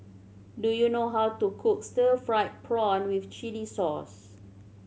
do you know how to cook stir fried prawn with chili sauce